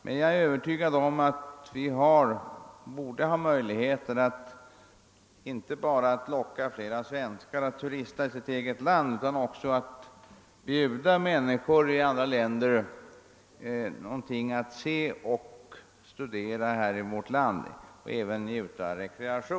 Men jag är övertygad om att vi inte bara har förutsättningar att locka fler svenskar att turista i sitt eget land, utan även kan erbjuda människor i andra länder någonting att se och studera och dessutom möjligheter till rekreation.